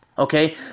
Okay